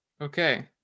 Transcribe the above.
Okay